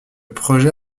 projet